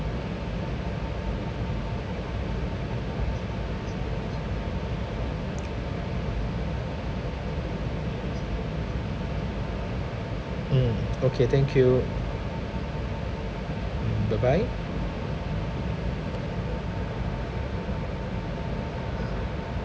mm okay thank you bye bye